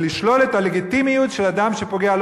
ולשלול את הלגיטימיות של אדם שפוגע,